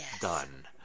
done